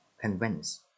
Convince